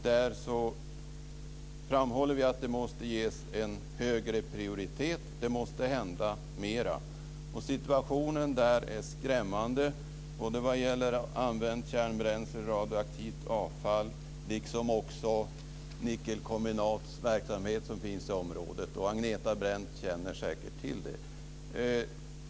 Där framhåller vi att det arbetet måste ha en högre prioritet och att det måste hända mera. Situationen där är skrämmande både vad gäller använt kärnbränslse och radioaktivt avfall liksom också den nickelkombinatsverksamhet som finns i området. Agneta Brendt känner säkert till det.